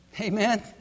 Amen